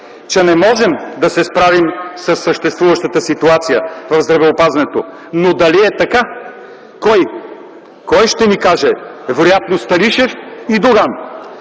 че не можем да се справим със съществуващата ситуация в здравеопазването. Дали е така – кой, кой ще ни каже? Вероятно Станишев и Доган?!